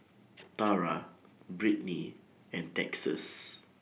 Tara Brittni and Texas